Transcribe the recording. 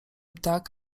tak